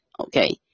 Okay